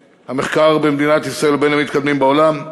שהמחקר שלהם במדינת ישראל הוא בין המתקדמים בעולם.